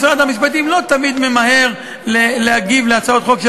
משרד המשפטים לא תמיד ממהר להגיב על הצעות חוק,